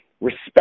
Respect